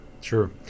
Sure